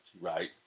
Right